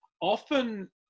often